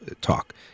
talk